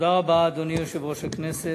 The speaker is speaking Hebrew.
אדוני יושב-ראש הכנסת,